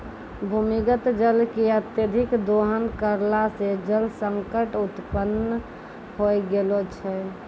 भूमीगत जल के अत्यधिक दोहन करला सें जल संकट उत्पन्न होय गेलो छै